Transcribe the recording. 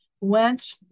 went